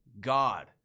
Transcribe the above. God